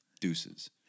Deuces